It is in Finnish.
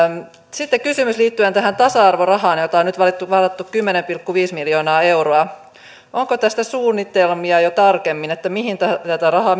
sitten kysymys liittyen tähän tasa arvorahaan jota on nyt varattu kymmenen pilkku viisi miljoonaa euroa onko tästä suunnitelmia jo tarkemmin mihin ja millaisilla perusteilla tätä rahaa